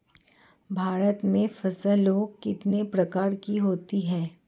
भारत में फसलें कितने प्रकार की होती हैं?